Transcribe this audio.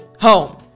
home